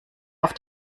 auf